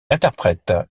interprète